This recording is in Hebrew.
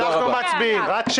רגע.